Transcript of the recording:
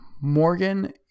Morgan